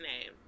name